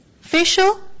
facial